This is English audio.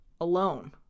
alone